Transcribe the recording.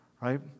right